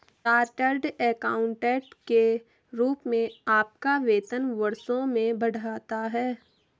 chartered accountant के रूप में आपका वेतन वर्षों में बढ़ता है